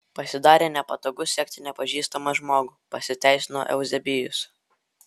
pasidarė nepatogu sekti nepažįstamą žmogų pasiteisino euzebijus